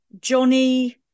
Johnny